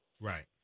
Right